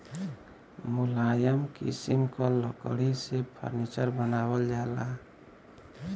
मुलायम किसिम क लकड़ी से फर्नीचर बनावल जाला